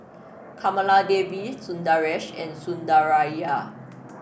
Kamaladevi Sundaresh and Sundaraiah